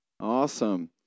Awesome